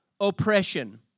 oppression